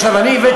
למה?